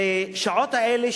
בשעות האלה,